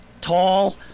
tall